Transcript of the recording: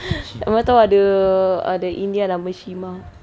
mana tahu ada ada india nama shimah